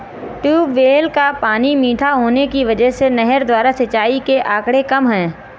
tubewell का पानी मीठा होने की वजह से नहर द्वारा सिंचाई के आंकड़े कम है